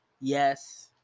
yes